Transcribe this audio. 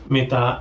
Mitä